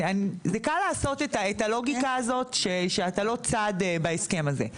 זה קל לעשות את הלוגיקה הזאת שאתה לא צד בהסכם הזה.